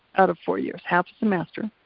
out of four years, half a semester.